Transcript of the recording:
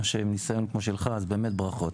עם ניסיון כמו שלך, ברכות.